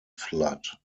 flood